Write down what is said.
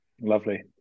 Lovely